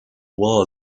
well